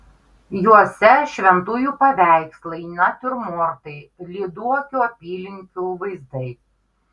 juose šventųjų paveikslai natiurmortai lyduokių apylinkių vaizdai